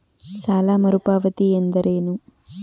ಸಾಲ ಮರುಪಾವತಿ ಎಂದರೇನು?